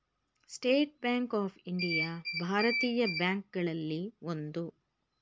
state bank of India ಭಾರತೀಯ bank ಗಳಲ್ಲಿ ಒಂದು